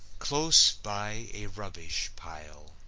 close by a rubbish pile!